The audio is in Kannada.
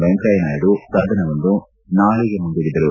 ವೆಂಕಯ್ಯ ನಾಯ್ದು ಸದನವನ್ನು ನಾಳೆಗೆ ಮುಂದೂಡಿದರು